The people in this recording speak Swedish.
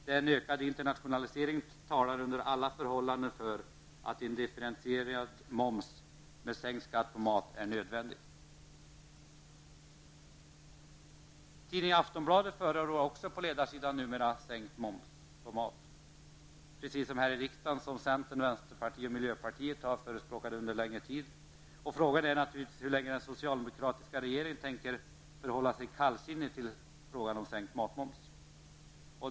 Den ökade internationaliseringen talar under alla förhållanden för att en differentierad moms, med sänkt skatt på mat, är nödvändig. Numera förordar också tidningen Aftonbladet på ledarsidan en sänkning av momsen på mat, precis vad centern, vänsterpartiet och miljöpartiet här i kammaren har förepråkat under en längre tid. Frågan är naturligtivs hur länge den socialdemokratiska regeringen tänker förhålla sig kallsinnig till en sänkning av matmomsen.